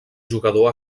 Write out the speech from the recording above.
jugador